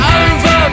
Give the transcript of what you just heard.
over